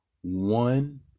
one